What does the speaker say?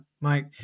Mike